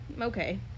Okay